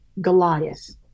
Goliath